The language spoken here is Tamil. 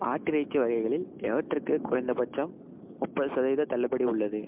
ஆட்டிறைச்சி வகைகளில் எவற்றுக்கு குறைந்தபட்சம் முப்பது சதவீத தள்ளுபடி உள்ளது